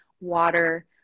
water